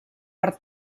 per